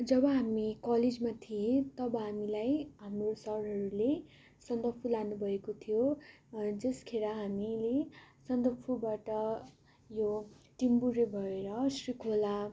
जब हामी कलेजमा थियोँ तब हामीलाई हाम्रो सरहरूले सन्दकपु लानु भएको थियो जसखेर हामीले सन्दकपुबाट यो टिम्बुरे भएर श्री खोला